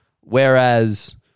Whereas